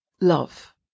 love